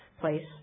place